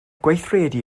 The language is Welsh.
gweithredu